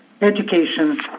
education